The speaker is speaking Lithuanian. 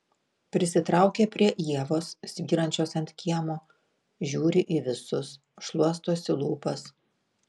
prisitraukia prie ievos svyrančios ant kiemo žiūri į visus šluostosi lūpas